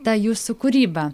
ta jūsų kūryba